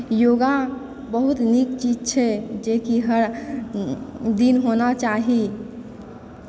योगा बहुत नीक चीज छै जेकि हर दिन होना चाही